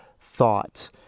thought